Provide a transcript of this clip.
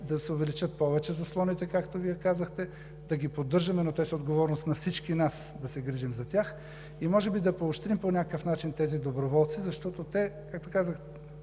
да се увеличат повече заслоните, както Вие казахте, да ги поддържаме. Те са отговорност на всички нас и трябва да се грижим за тях. И може би да поощрим по някакъв начин тези доброволци, защото те, както казах,